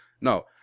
No